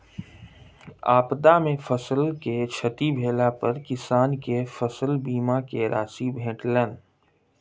आपदा में फसिल के क्षति भेला पर किसान के फसिल बीमा के राशि भेटलैन